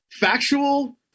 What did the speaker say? Factual